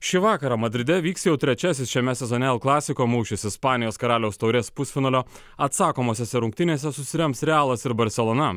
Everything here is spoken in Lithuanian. šį vakarą madride vyks jau trečiasis šiame sezone klasiko mūšis ispanijos karaliaus taurės pusfinalio atsakomosiose rungtynėse susirems realas ir barselona